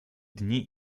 dni